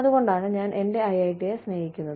അതുകൊണ്ടാണ് ഞാൻ എന്റെ ഐഐടിയെ സ്നേഹിക്കുന്നത്